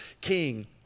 king